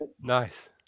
nice